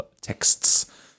texts